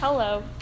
Hello